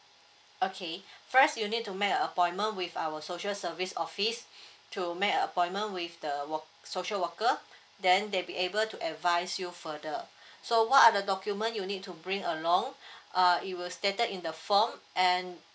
okay first you need to make a appointment with our social service office to make a appointment with the wor~ social worker then they be able to advise you further so what are the document you need to bring along uh it will stated in the form and